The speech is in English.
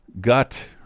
gut